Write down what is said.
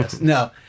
No